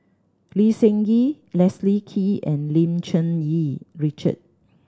Lee Seng Gee Leslie Kee and Lim Cherng Yih Richard